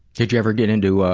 did you ever get into,